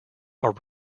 are